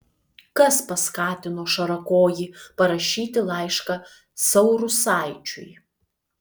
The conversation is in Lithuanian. kas paskatino šarakojį parašyti laišką saurusaičiui